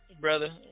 brother